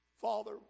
Father